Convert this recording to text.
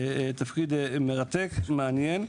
תפקיד מרתק ומעניין.